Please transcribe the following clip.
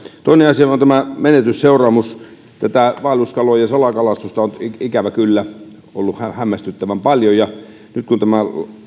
toinen asia on tämä menetysseuraamus vaelluskalojen salakalastusta on ikävä kyllä ollut hämmästyttävän paljon ja nyt kun tämä